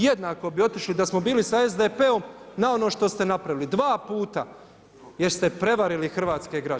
Jednako bi otišli da smo bili sa SDP-om na ono što ste napravili dva puta jer ste prevarili hrvatske građane.